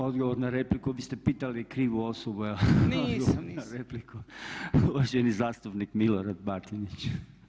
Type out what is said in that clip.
Odgovor na repliku, vi ste pitali krivu osobu [[Upadica Marić: Nisam, nisam.]] Odgovor na repliku uvaženi zastupnik Milorad Batinić.